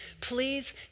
please